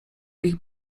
ich